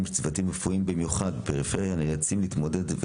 שצוותים רפואיים - במיוחד בפריפריה - נאלצים להתמודד איתם,